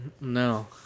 No